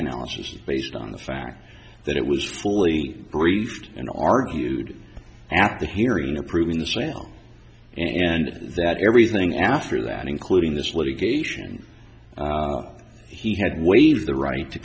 analysis is based on the fact that it was fully briefed and argued at the hearing approving the sale and that everything after that including this litigation he had waived the right to